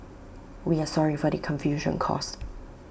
we are sorry for the confusion caused